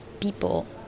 people